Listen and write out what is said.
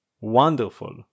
wonderful